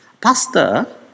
Pastor